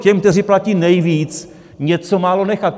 Těm, kteří platí nejvíc, něco málo nechat.